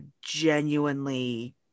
genuinely